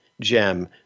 gem